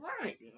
Right